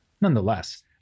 Nonetheless